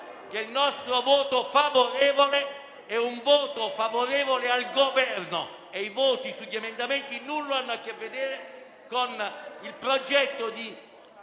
che il nostro voto favorevole è un voto favorevole al Governo e che i voti sugli emendamenti nulla hanno a che vedere con il progetto di